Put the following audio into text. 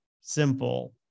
simple